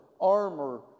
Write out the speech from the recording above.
armor